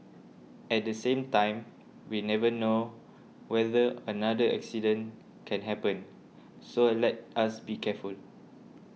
at the same time we never know whether another accident can happen so let us be careful